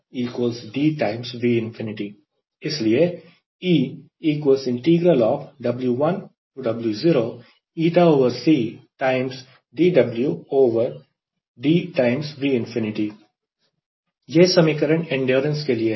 इसलिए और इसलिए यह समीकरण एंड्योरेंस के लिए है